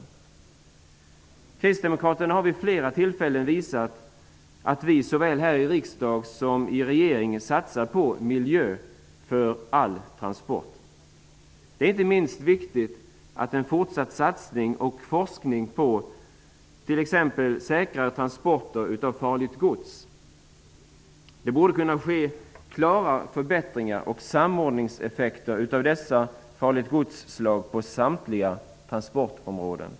Vi kristdemokrater har vid flera tillfällen visat att vi såväl här i riksdagen som i regeringen satsar på miljö vad gäller all transport. Det är inte minst viktigt att det t.ex. görs en fortsatt satsning på och forskning om säkrare transporter av farligt gods. Det borde kunna ske klara förbättringar och uppstå samordningseffekter på samtliga transportområden när det gäller farligt gods.